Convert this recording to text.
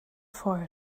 for